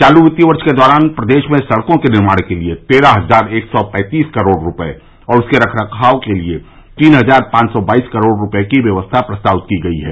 चालू वित्तीय वर्ष के दौरान प्रदेश में सड़कों के निर्माण के लिये तेरह हजार एक सौ पैंतीस करोड़ रूपये और उनके रख रखाव के लिये तीन हजार पांच सौ बाईस करोड़ रूपये की व्यवस्था प्रस्तावित की गई है